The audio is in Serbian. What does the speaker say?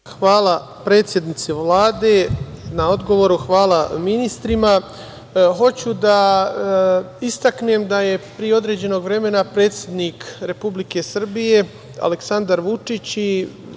Hvala. Hvala predsednici Vlade na odgovoru, hvala ministrima. Hoću da istaknem da je pre određenog vremena predsednik Republike Srbije Aleksandar Vučić